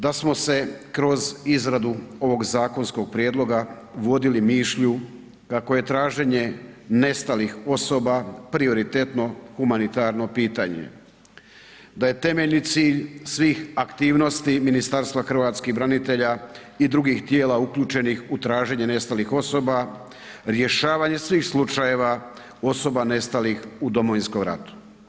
Da smo se kroz izradu ovog zakonskog prijedloga vodili mišlju kako je traženje nestalih osoba prioritetno, humanitarno pitanje, da je temeljni cilj svih aktivnosti Ministarstva hrvatskih branitelja i drugih tijela uključenih u traženje nestalih osoba rješavanje svih slučajeva osoba nestalih u Domovinskom ratu.